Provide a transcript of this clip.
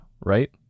right